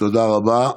תודה רבה.